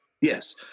Yes